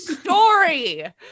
story